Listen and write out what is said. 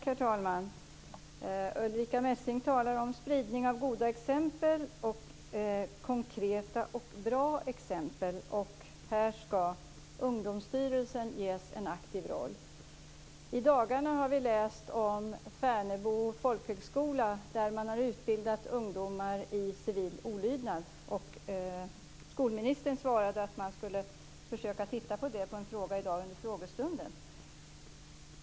Herr talman! Ulrica Messing talar om spridning av goda exempel, konkreta och bra exempel. Här ska Ungdomsstyrelsen ges en aktiv roll. I dagarna har vi läst om Färnebo folkhögskola där man har utbildat ungdomar i civil olydnad. Skolministern svarade på en fråga i dag under frågestunden att man skulle försöka titta på det.